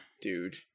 Dude